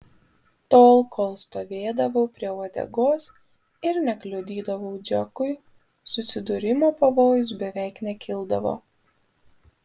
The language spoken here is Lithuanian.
tol kol stovėdavau prie uodegos ir nekliudydavau džekui susidūrimo pavojus beveik nekildavo